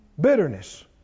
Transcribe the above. Bitterness